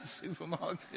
supermarket